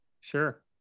Sure